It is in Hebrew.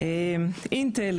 אינטל,